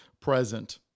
present